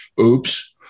Oops